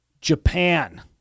Japan